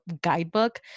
guidebook